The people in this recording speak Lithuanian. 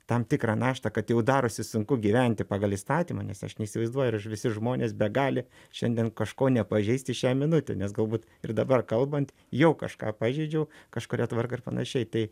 tam tikrą naštą kad jau darosi sunku gyventi pagal įstatymą nes aš neįsivaizduoju ar ž visi žmonės begali šiandien kažko nepažeisti šią minutę nes galbūt ir dabar kalbant jau kažką pažeidžiau kažkurią tvarką ir panašiai tai